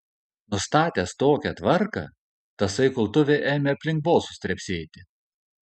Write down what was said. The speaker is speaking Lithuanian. nustatęs tokią tvarką tasai kultuvė ėmė aplink bosus trepsėti